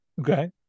Okay